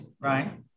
right